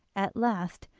at last,